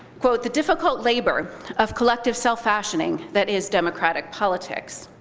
quote, the difficult labor of collective self-fashioning that is democratic politics.